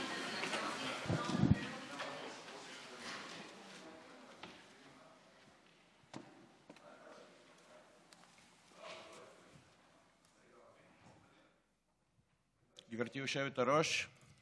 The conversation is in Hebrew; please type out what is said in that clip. גברתי היושבת-ראש,